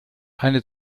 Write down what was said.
eine